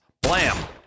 Blam